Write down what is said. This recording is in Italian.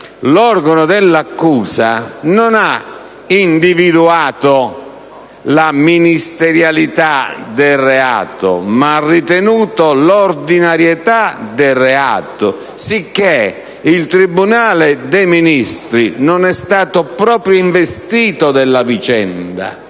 l'organo dell'accusa non ha individuato la ministerialità del reato ma ne ha ritenuto l'ordinarietà, sicché il tribunale dei Ministri non è stato proprio investito della vicenda.